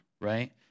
right